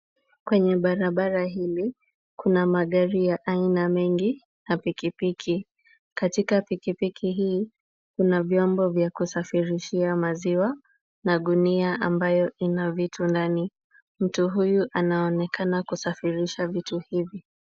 Kwenye barabara hili, kuna magari ya aina mengi na pikipiki. Katika pikipiki hii, kuna vyombo vya kusafirishia maziwa na gunia ambayo ina vitu ndani. Mtu huyu anaonekana kusafirisha vitu hivi.